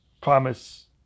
promise